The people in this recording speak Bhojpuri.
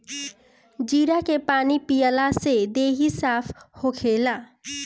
जीरा के पानी पियला से देहि साफ़ होखेला